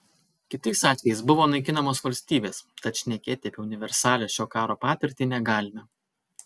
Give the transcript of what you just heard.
kitais atvejais buvo naikinamos valstybės tad šnekėti apie universalią šio karo patirtį negalime